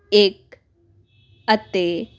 ਇੱਕ ਅਤੇ